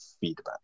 feedback